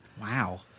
Wow